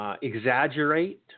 Exaggerate